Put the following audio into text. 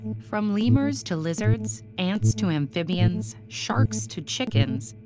from lemurs to lizards, ants to amphibians, sharks to chickens,